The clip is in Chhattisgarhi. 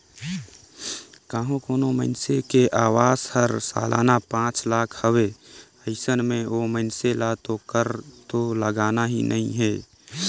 कंहो कोनो मइनसे के आवक हर सलाना पांच लाख हवे अइसन में ओ मइनसे ल तो कर तो लगना ही नइ हे